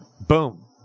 boom